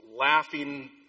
laughing